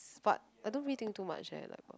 but I don't really think too much eh like